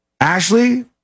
Ashley